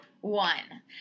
one